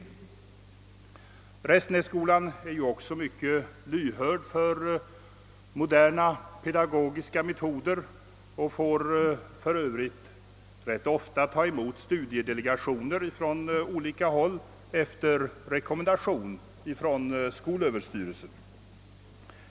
På Restenässkolan är man också myc ket lyhörd för moderna pedagogiska metoder och får ofta ta emot studiedelegationer från olika håll efter rekommendation från skolöverstyrelsen.